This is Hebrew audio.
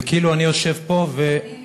וכאילו, אני יושב פה, אני מתנצלת.